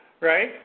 Right